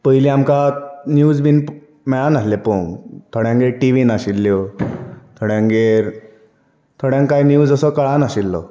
पयली आमकां निव्ज बीन मेळनासलेे पळोवंक थोड्यांगेर टिवी नाशिल्ल्यो थोड्यांगेर थोड्यांक कांय निवज असो कळनाशिल्लो